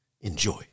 Enjoy